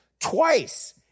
Twice